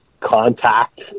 contact